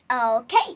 Okay